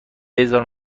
بزار